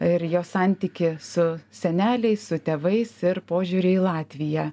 ir jos santykį su seneliais su tėvais ir požiūrį į latviją